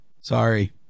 Sorry